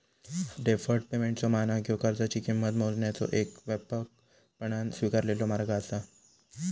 deferred पेमेंटचो मानक ह्यो कर्जाची किंमत मोजण्याचो येक व्यापकपणान स्वीकारलेलो मार्ग असा